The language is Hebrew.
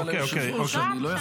אבל היושב-ראש, אני לא יכול.